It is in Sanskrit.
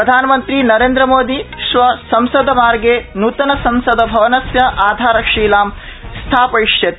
प्रधानमंत्री नरेंद्र मोदी श्वः संसद मार्गे नूतन संसद भवनस्य आधारशिलां स्थापयिष्यति